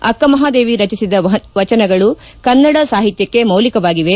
ಅಕ್ಕಮಹಾದೇವಿ ರಟಿಸಿದ ವಚನಗಳು ಕನ್ನಡ ಸಾಹಿತ್ಯಕ್ಷೆ ಮೌಲಿಕವಾಗಿವೆ